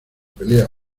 pelea